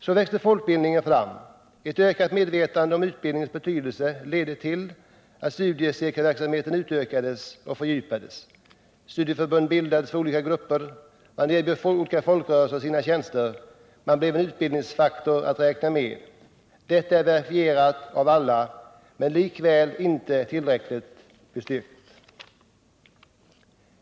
Så växte folkbildningsbehovet fram. Studieförbund bildades för olika grupper, man erbjöd olika folkrörelser sina tjänster — man blev en utbildningsfaktor att räkna med. Detta är verifierat av alla — men likväl inte tillräckligt betygat.